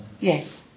Yes